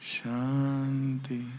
Shanti